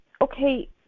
okay